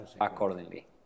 accordingly